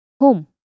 home